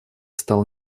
стал